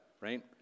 right